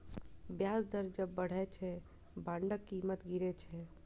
ब्याज दर जब बढ़ै छै, बांडक कीमत गिरै छै